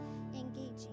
engaging